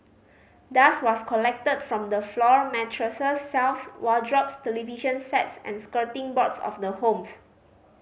dust was collected from the floor mattresses shelves wardrobes television sets and skirting boards of the homes